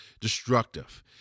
destructive